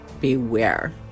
beware